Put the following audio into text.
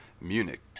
Munich